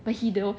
but he don't